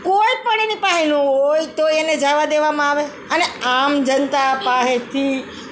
કોઇપણ એની પાસે ન હોય તોય એને જવા દેવામાં આવે અને આમ જનતા પાસેથી